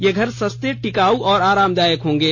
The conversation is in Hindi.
ये घर सस्ता टिकाउ और आरामदायक होंगे